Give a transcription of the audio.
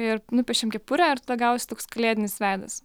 ir nupiešėm kepurę ir tada gavosi toks kalėdinis veidas